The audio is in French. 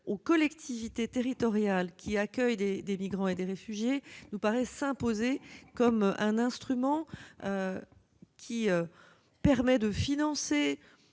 aux collectivités territoriales qui accueillent des migrants et des réfugiés nous paraît s'imposer comme un instrument permettant de financer